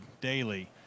daily